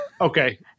Okay